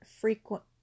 frequent